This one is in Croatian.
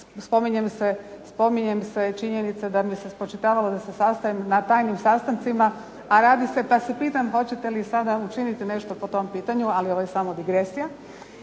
spominjem se činjenice da mi se spočitavalo da se sastajem na tajnim sastancima, a radi se, pa se pitam hoćete li i sada učiniti nešto po tom pitanju, ali ovo je samo digresija.